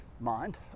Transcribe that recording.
mind